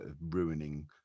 ruining